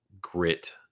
grit